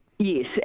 Yes